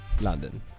London